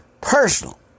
personal